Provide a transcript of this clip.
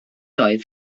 oedd